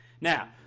Now